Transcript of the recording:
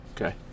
Okay